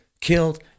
killed